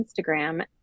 Instagram